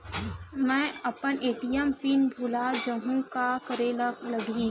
मैं अपन ATM pin भुला जहु का करे ला लगही?